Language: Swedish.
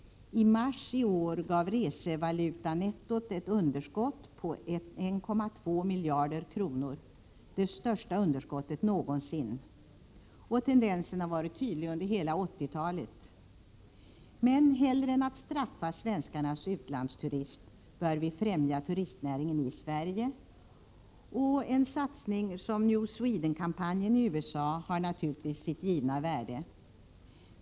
I mars i år gav resevalutanettot ett underskott på 1,2 miljarder kronor — det största underskottet någonsin — och 9 tendensen har varit tydlig under hela 80-talet. Men hellre än att straffa svenskarnas utlandsturism bör vi främja turistnäringen i Sverige, och en satsning som New Sweden-kampanjen i USA har naturligtvis sitt givna värde.